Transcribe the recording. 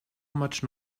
much